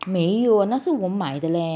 没有那是我买的 leh